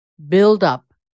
Build-up